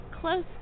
close